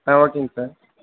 ஆ ஓகேங்க சார்